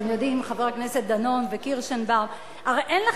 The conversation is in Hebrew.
הרי אתם יודעים,